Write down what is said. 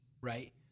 right